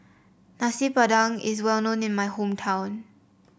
Nasi Padang is well known in my hometown